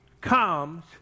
comes